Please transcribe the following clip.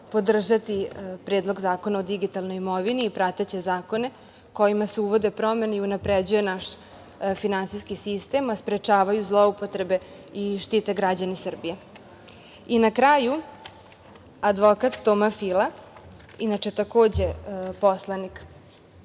podržati Predlog zakona o digitalnoj imovini i prateće zakone kojima se uvode promene i unapređuje naš finansijski sistem, a sprečavaju zloupotrebe i štite građani Srbije. Na kraju, advokat Toma Fila, inače takođe poslanik